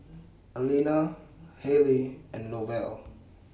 Alena Hale and Lovell